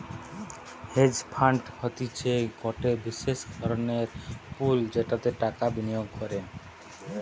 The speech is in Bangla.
হেজ ফান্ড হতিছে গটে বিশেষ ধরণের পুল যেটাতে টাকা বিনিয়োগ করে